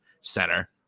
center